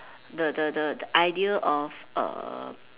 the the the the idea of err